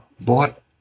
bought